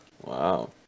Wow